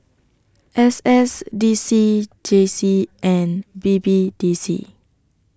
S S D C J C and B B D C